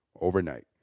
overnight